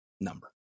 number